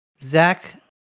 Zach